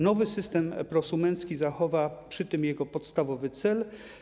Nowy system prosumencki zachowa przy tym podstawowy cel.